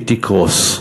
היא תקרוס.